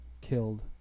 killed